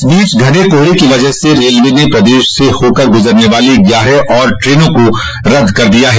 इस बीच घने कोहरे की वजह से रेलवे ने प्रदेश से होकर गुजरने वाली ग्यारह और ट्रेनों को रद्द कर दिया है